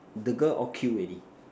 the girl all kill already